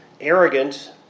arrogant